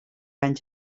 anys